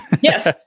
Yes